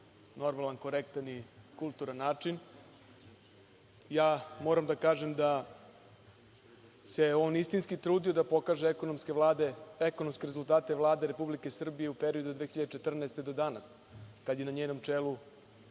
normalan, korektan i kulturan način, ja moram da kažem se on istinski trudio da pokaže ekonomske rezultate Vlade Republike Srbije u periodu od 2014. godine do danas, od kad je na njenom čelu